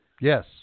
yes